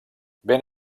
ben